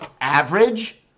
average